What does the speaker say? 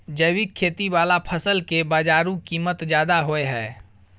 जैविक खेती वाला फसल के बाजारू कीमत ज्यादा होय हय